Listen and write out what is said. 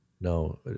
No